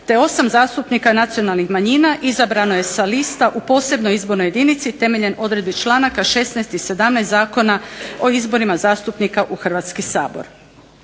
te 8 zastupnika nacionalnih manjina izabrano je sa lista u posebnoj izbornoj jedinici temeljem odredbi članaka 16. I 17. Zakona o izborima zastupnika u Hrvatski sabor.